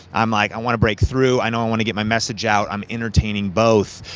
i'm like, i wanna break through, i know i wanna get my message out, i'm entertaining both,